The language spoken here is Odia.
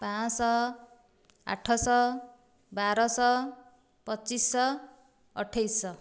ପାଞ୍ଚଶହ ଆଠଶହ ବାରଶହ ପଚିଶିଶହ ଅଠେଇଶଶହ